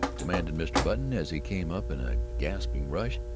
demanded mr. button, as he came up in a gasping rush.